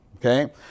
Okay